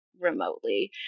remotely